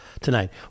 tonight